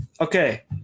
Okay